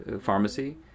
pharmacy